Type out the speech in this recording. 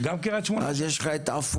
אז יש לך את עפולה,